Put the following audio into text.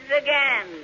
again